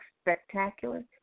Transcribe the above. Spectacular